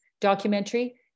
documentary